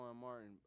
Martin